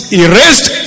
erased